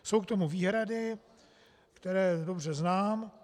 Jsou k tomu výhrady, které dobře znám.